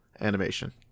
animation